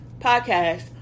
podcast